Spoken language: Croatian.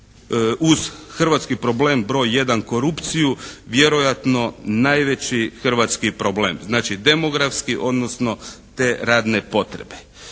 uz hrvatski problem broj jedan korupciju, vjerojatno najveći hrvatski problem. Znači demografski odnosno te radne potrebe.